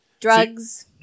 Drugs